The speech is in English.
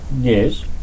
Yes